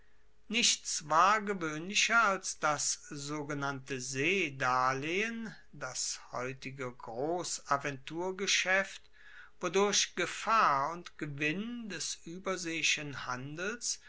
nichts war gewoehnlicher als das sogenannte seedarlehen das heutige grossaventurgeschaeft wodurch gefahr und gewinn des ueberseeischen handels